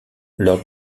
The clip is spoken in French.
lors